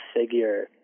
figure